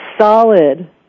solid